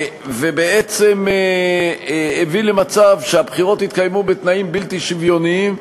ובעצם הביא למצב שהבחירות התקיימו בתנאים בלתי שוויוניים,